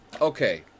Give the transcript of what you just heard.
Okay